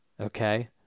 okay